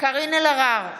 קארין אלהרר,